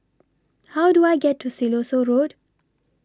How Do I get to Siloso Road